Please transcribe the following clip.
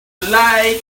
like